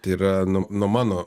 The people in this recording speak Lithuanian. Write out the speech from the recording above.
tai yra nuo nuo mano